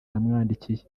yamwandikiye